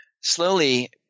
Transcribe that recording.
slowly